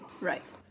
Right